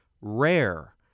Rare